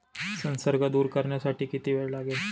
संसर्ग दूर करण्यासाठी किती वेळ लागेल?